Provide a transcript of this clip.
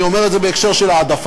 אני אומר את זה בהקשר של העדפה.